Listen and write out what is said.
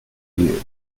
you